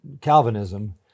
Calvinism